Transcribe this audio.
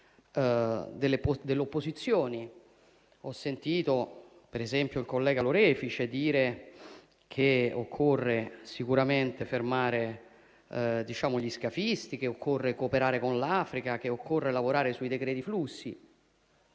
Ho sentito, ad esempio, il collega Lorefice dire che occorre sicuramente fermare gli scafisti, cooperare con l'Africa e lavorare sui decreti flussi.